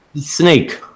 snake